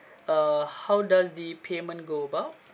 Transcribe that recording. uh how does the payment go about